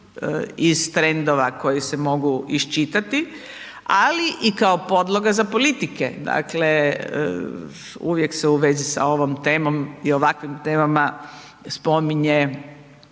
iz trendova koji se mogu iščitati, ali i kao podloga za politike, dakle uvijek se u vezi sa ovom temom i ovakvim temama spominje